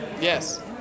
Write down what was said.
Yes